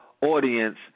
audience